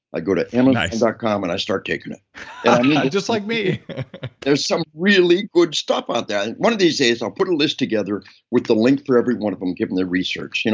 i go to amazon dot com, and i start taking it just like me there's some really good stuff out and one of these days, i'll put a list together with the link for every one of them, given their research.